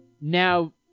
now